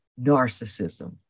narcissism